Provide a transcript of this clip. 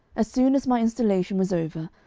as soon as my installation was over,